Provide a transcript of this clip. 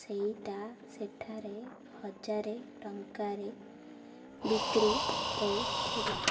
ସେଇଟା ସେଠାରେ ହଜାର ଟଙ୍କାରେ ବିକ୍ରି ହେଉଥିଲା